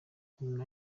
nyuma